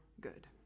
good